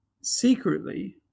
secretly